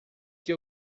que